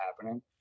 happening